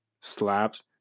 Slaps